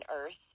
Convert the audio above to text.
earth